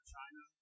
China